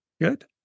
Good